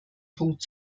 punkt